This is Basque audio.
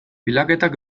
bilaketak